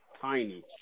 tiny